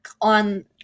on